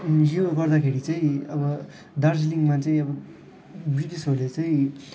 यो गर्दाखेरि चाहिँ अब दार्जिलिङमा चाहिँ ब्रिटिसहरूले चाहिँ